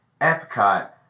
Epcot